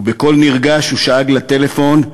ובקול נרגש הוא שאג לטלפון: